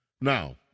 Now